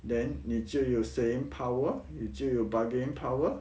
then 你就有 saying power 你就有 bargain power